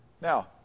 Now